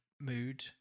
mood